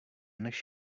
než